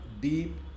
deep